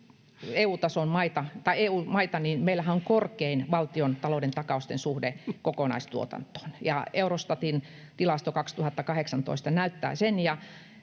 EU-maita, korkein valtiontalouden takausten suhde kokonaistuotantoon, Eurostatin tilasto 2018 näyttää sen.